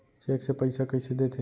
Cheque से पइसा कइसे देथे?